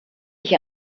hier